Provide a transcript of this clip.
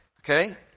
Okay